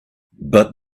but